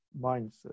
mindset